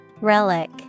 Relic